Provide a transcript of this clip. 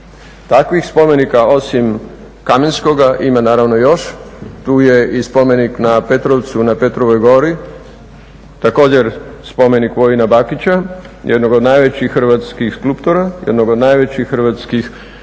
Takvih spomenika osim Kamenskoga ima naravno još, tu je i spomenik na Petrovcu, na Petrovoj Gori, također spomenik Vojina Bakića jednog od najvećih hrvatski skulptora, jednog od najvećih hrvatski umjetnika